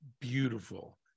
beautiful